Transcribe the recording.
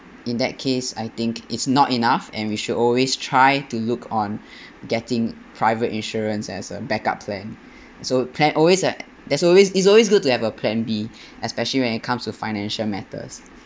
in that case I think it's not enough and we should always try to look on getting private insurance as a backup plan so plan always at there's always it's always good to have a plan B especially when it comes to financial matters